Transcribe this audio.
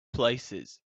places